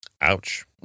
Ouch